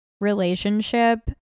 relationship